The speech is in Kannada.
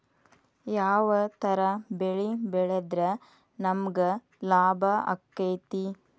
ಯಾವ ತರ ಬೆಳಿ ಬೆಳೆದ್ರ ನಮ್ಗ ಲಾಭ ಆಕ್ಕೆತಿ?